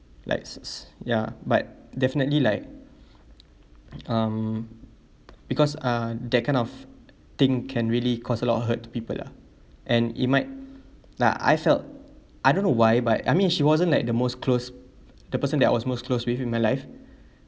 likes ya but definitely like um because uh that kind of thing can really cause a lot of hurt to people lah and it might like I felt I don't know why but I mean she wasn't like the most close the person that I was most closed with in my life